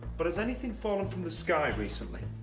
but has anything fallen from the sky recently?